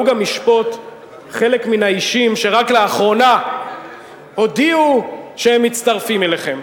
הוא גם ישפוט חלק מהאישים שרק לאחרונה הודיעו שהם מצטרפים אליכם.